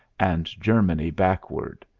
and germany backward.